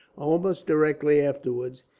almost directly afterwards,